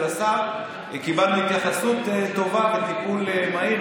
השר קיבלנו התייחסות טובה וטיפול מהיר,